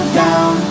down